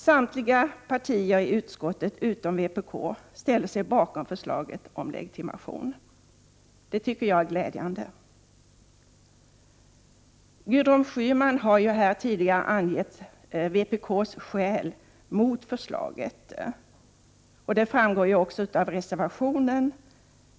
Samtliga partier i utskottet utom vpk ställer sig bakom förslaget om legitimation. Det tycker jag är glädjande. Gudrun Schyman har tidigare angett vpk:s skäl för att gå mot förslaget, vilket också framgår av vpk:s reservation.